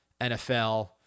NFL